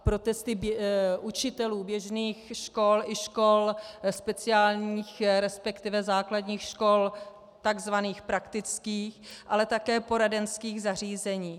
Protesty učitelů běžných škol i škol speciálních, resp. základních škol tzv. praktických, ale také poradenských zařízení.